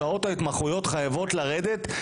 שעות ההתמחויות חייבות לרדת,